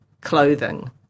clothing